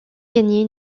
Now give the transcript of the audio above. gagné